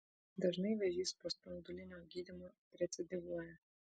dažnai vėžys po spindulinio gydymo recidyvuoja